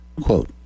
Quote